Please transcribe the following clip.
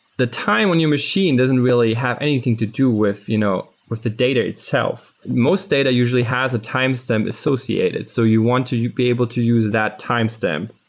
the time when your machine doesn't really have anything to do with you know with the data itself, most data usually has a timestamp associated. so you want to be able to use that timestamp,